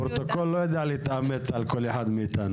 כי הפרוטוקול לא יודע להתאמץ על כל אחד מאיתנו.